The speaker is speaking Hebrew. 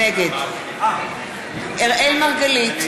נגד אראל מרגלית,